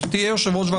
יוצאת לדרך,